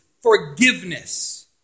Forgiveness